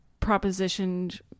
propositioned